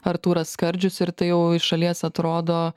artūras skardžius ir tai jau iš šalies atrodo